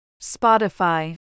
Spotify